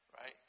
right